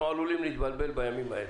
אנחנו עלולים להתבלבל בימים האלה.